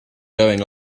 going